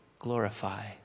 Glorify